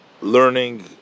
learning